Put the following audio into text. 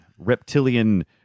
Reptilian